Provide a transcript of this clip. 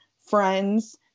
friends